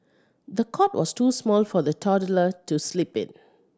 the cot was too small for the toddler to sleep in